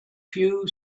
few